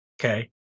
Okay